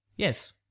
Yes